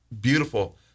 beautiful